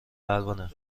پروانه